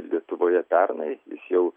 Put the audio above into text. lietuvoje pernai jau